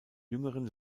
jüngeren